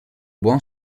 buon